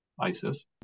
ISIS